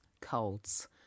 colds